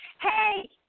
Hey